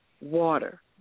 water